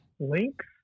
links